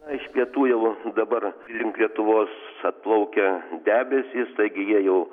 na iš pietų jau dabar link lietuvos atplaukia debesys taigi jie jau